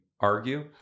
argue